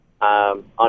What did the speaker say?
On